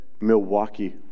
Milwaukee